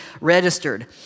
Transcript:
registered